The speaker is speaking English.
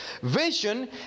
Vision